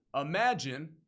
Imagine